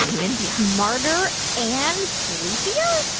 mindy. smarter and sleepier?